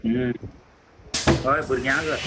हय भुरग्यांक आसा